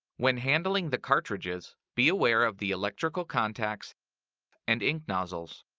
when handling the cartridges be aware of the electrical contacts and ink nozzles.